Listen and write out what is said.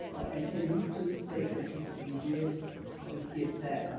and can you please state that you you did just get that,